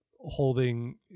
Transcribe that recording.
holding